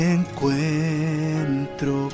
encuentro